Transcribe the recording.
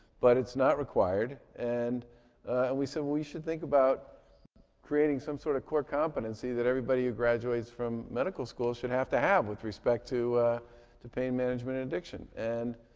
but it's not required. and we said, well, we should think about creating some sort of core competency that everybody who graduates from medical school should have to have with respect to to pain management addiction. and